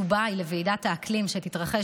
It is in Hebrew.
לוועידת האקלים בדובאי, שתתקיים